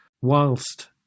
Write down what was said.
whilst